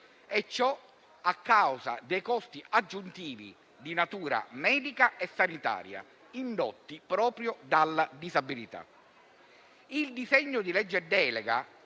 Ciò a causa dei costi aggiuntivi, di natura medica e sanitaria, indotti proprio dalla disabilità. Il disegno di legge delega